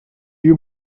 you